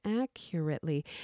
accurately